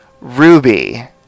Ruby